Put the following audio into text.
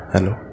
Hello